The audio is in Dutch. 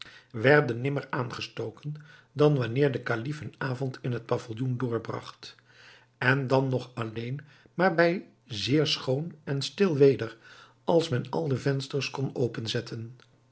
werden nimmer aangestoken dan wanneer de kalif een avond in het pavilloen doorbragt en dan nog alleen maar bij zeer schoon en stil weder als men al de vensters kon openzetten